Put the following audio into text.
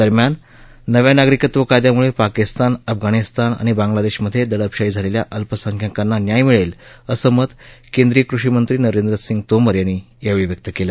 दरम्यान नव्या नागरिकत्व कायद्याम्ळे पाकिस्तान अफगाणिस्तान आणि बांग्लादेशमधे दडपशाही झालेल्या अल्पसंख्यांकांना न्याय मिळेल असं मत केंद्रीय कृषीमंत्री नरेंद्र सिंग तोमर यांनी यावेळी व्यक्त केलं